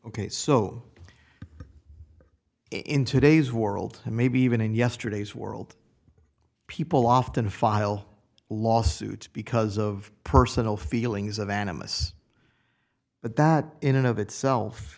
ok so in today's world and maybe even in yesterday's world people often file lawsuits because of personal feelings of animists but that in and of itself